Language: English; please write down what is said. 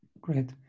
Great